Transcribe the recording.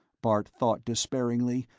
bart thought despairingly,